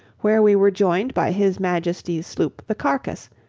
where we were joined by his majesty's sloop the carcass,